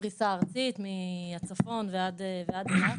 בפריסה ארצית מהצפון ועד אילת.